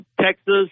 Texas